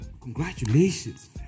Congratulations